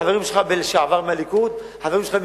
החברים שלך לשעבר מהליכוד, החברים שלך מקדימה,